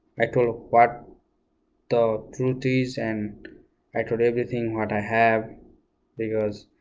i told what the truth is and i told everything what i have because